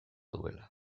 duela